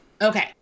Okay